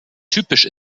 typisch